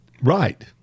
Right